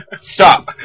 stop